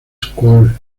school